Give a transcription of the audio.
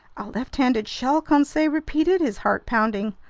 left-handed shell! conseil repeated, his heart pounding.